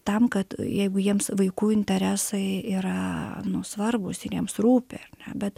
tam kad jeigu jiems vaikų interesai yra nu svarbūs ir jiems rūpi bet